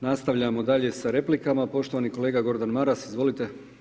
Nastavljamo dalje sa replika, poštovani kolega Gordan Maras, izvolite.